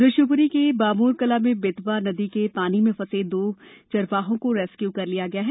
उधर शिवपुरी के बामोरकला में बेतवा के पानी में फंसे दो चरवाहों को रेस्क्यू कर निकाला गया है